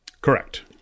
Correct